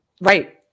Right